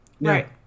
Right